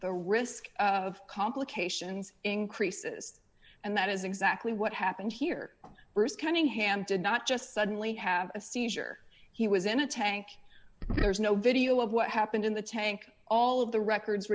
the risk of complications increases and that is exactly what happened here bruce cunningham did not just suddenly have a seizure he was in a tank there's no video of what happened in the tank all of the records